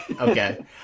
Okay